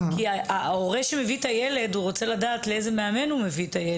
כי ההורה שמביא את הילד רוצה לדעת לאיזה מאמן הוא מביא אותו.